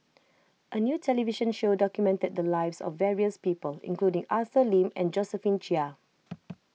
a new television show documented the lives of various people including Arthur Lim and Josephine Chia